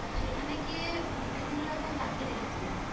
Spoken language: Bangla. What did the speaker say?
তো সেখানে গিয়ে বিভিন্ন রকম পাখি দেখেছিলাম